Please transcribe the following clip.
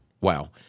Wow